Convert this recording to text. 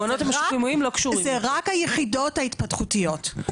זה רק היחידות ההתפתחותיות.